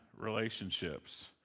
relationships